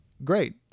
great